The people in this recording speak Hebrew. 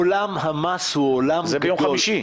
עולם המס הוא עולם גדול -- זה ביום חמישי.